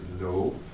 no